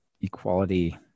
equality